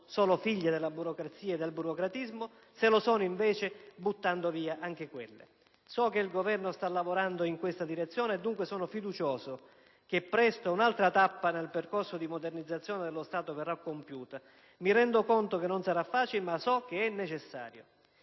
solo figlie della burocrazia e del burocratismo. Se lo sono, invece, buttando via anche quelle. So che il Governo sta lavorando in questa direzione e, dunque, sono fiducioso che presto un'altra tappa nel percorso di modernizzazione dello Stato verrà compiuta. Mi rendo conto che non sarà facile, ma so che è necessario.